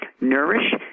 nourish